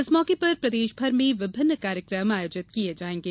इस मौके पर प्रदेशभर में विभिन्न कार्यक्रम आयोजित किये जायेंगे